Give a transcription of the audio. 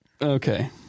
Okay